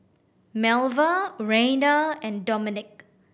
Melva Raina and Domenick